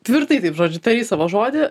tvirtai taip žodžiu tarei savo žodį